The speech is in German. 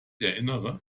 erinnere